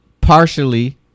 partially